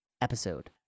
episode